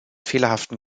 fehlerhaften